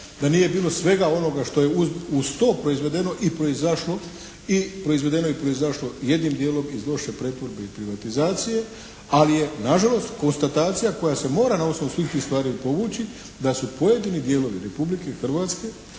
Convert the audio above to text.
da nije bilo svega onoga što je uz to proizvedeno i proizašlo i proizvedeno i proizašlo jednim dijelom iz loše pretvorbe i privatizacije, ali je nažalost konstatacija koja se mora na osnovu svih tih stvari povući da su pojedini dijelovi Republike Hrvatske